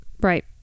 Right